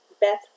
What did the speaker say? Beth